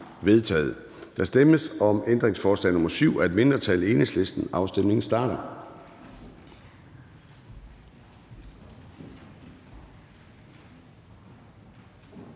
Der stemmes om ændringsforslag nr. 1 af et mindretal (EL). Afstemningen starter.